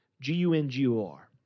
G-U-N-G-U-R